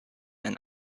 and